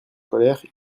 colère